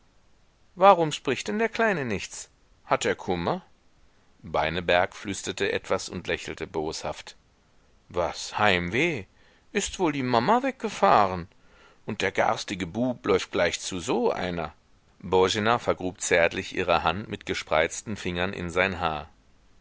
warum spricht denn der kleine nichts hat er kummer beineberg flüsterte etwas und lächelte boshaft was heimweh ist wohl die mama weggefahren und der garstige bub läuft gleich zu so einer boena vergrub zärtlich ihre hand mit gespreizten fingern in sein haar